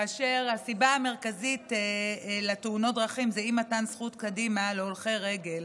והסיבה המרכזית לתאונות הדרכים היא אי-מתן זכות קדימה להולכי רגל.